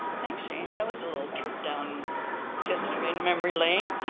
thanks shane that was a little trip down history and memory lane.